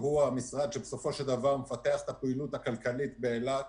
המשרד שבסופו של דבר מפתח את הפעילות הכלכלית באילת